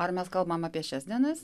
ar mes kalbam apie šias dienas